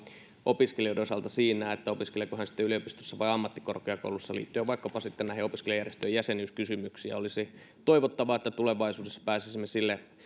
opiskelijoiden osalta siinä opiskeleeko yliopistossa vai ammattikorkeakoulussa liittyen vaikkapa opiskelijajärjestöjen jäsenyyskysymyksiin ja olisi toivottavaa että tulevaisuudessa pääsisimme